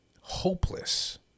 hopeless